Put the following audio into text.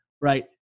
right